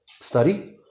study